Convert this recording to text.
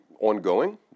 ongoing